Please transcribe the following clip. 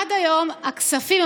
עד היום הכספים,